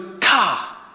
car